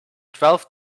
twelve